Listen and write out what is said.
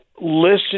listen